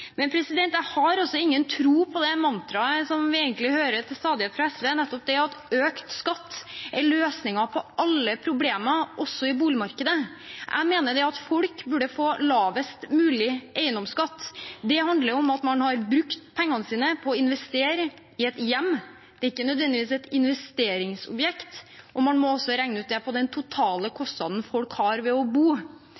Jeg har ingen tro på det mantraet vi til stadighet hører fra SV, at økt skatt er løsningen på alle problemer også i boligmarkedet. Jeg mener at folk bør få lavest mulig eiendomsskatt. Det handler om at man har brukt pengene sine på å investere i et hjem, og ikke nødvendigvis et investeringsobjekt, og man må også regne på den totale